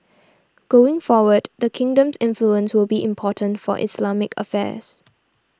going forward the kingdom's influence will be important for Islamic affairs